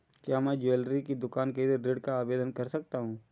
क्या मैं ज्वैलरी की दुकान के लिए ऋण का आवेदन कर सकता हूँ?